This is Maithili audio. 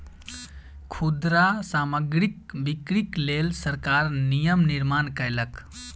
खुदरा सामग्रीक बिक्रीक लेल सरकार नियम निर्माण कयलक